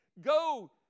go